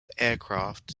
aircraft